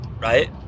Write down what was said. right